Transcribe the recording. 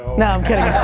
no, i'm kidding.